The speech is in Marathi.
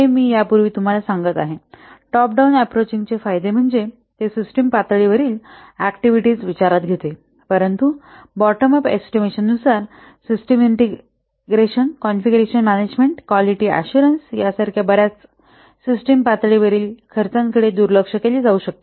हे मी यापूर्वी तुम्हाला सांगत आहे टॉप डाउन अॅप्रोचिंगचे फायदे म्हणजे ते सिस्टम पातळीवरील ऍक्टिव्हिटीज विचारात घेते परंतु बॉटम अप एस्टिमेशनानुसार system integration configuration management quality assurance यासारख्या बर्याच सिस्टम पातळीवरील खर्चाकडे दुर्लक्ष केले जाऊ शकते